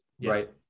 right